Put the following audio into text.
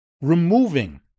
removing